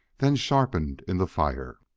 then sharpened in the fire.